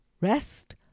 rest